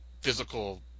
physical